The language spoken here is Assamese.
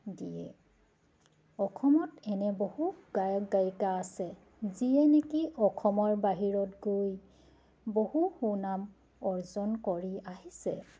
দিয়ে অসমত এনে বহু গায়ক গায়িকা আছে যিয়ে নেকি অসমৰ বাহিৰত গৈ বহু সুনাম অৰ্জন কৰি আহিছে